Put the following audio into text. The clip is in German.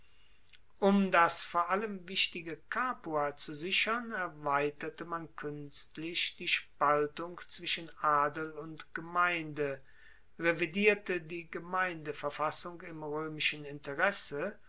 um das vor allem wichtige capua zu sichern erweiterte man kuenstlich die spaltung zwischen adel und gemeinde revidierte die gemeindeverfassung im roemischen interesse